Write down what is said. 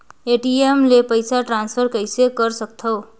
ATM ले पईसा transfer कइसे कर सकथव?